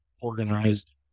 organized